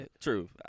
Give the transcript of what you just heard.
true